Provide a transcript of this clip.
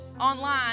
online